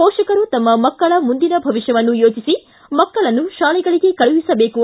ಪೋಷಕರು ತಮ್ಮ ಮಕ್ಕಳ ಮುಂದಿನ ಭವಿಷ್ಕವನ್ನು ಯೋಚಿಸಿ ಮಕ್ಕಳನ್ನು ಶಾಲೆಗಳಗೆ ಕಳುಹಿಸಬೇಕು